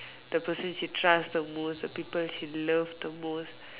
the person she trust the most the people she love the most